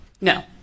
No